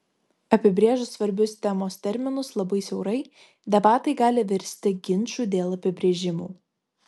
apibrėžus svarbius temos terminus labai siaurai debatai gali virsti ginču dėl apibrėžimų